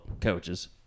coaches